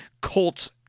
Colts